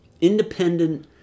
independent